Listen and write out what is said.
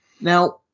now